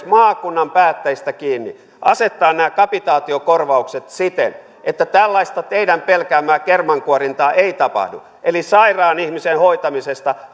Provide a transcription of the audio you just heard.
maakunnan päättäjistä kiinni asettaa nämä kapitaatiokorvaukset siten että tällaista teidän pelkäämäänne kermankuorintaa ei tapahdu eli sairaan ihmisen hoitamisesta